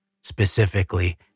specifically